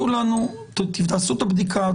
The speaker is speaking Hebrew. תעשו את הבדיקה.